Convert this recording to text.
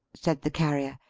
said the carrier.